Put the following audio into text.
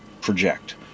project